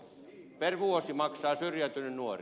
per vuosi maksaa syrjäytynyt nuori